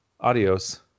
Adios